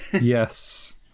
Yes